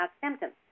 symptoms